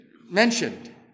mentioned